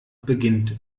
beginnt